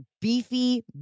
beefy